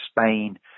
Spain